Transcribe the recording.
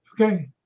okay